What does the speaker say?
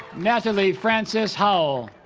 natalie frances howell